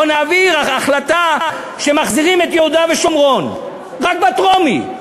או שנעביר החלטה שמחזירים את יהודה ושומרון רק בטרומית.